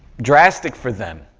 drastic for them.